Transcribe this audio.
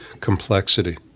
complexity